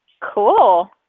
Cool